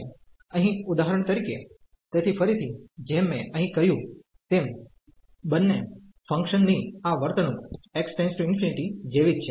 અહીં ઉદાહરણ તરીકે તેથી ફરીથી જેમ મેં અહીં કહ્યું તેમ બંને ફંકશનની આ વર્તણૂક x →∞ જેવી જ છે